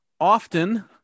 Often